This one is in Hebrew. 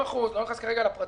70%. אני לא נכנס כרגע לפרטים,